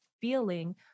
feeling